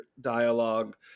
dialogue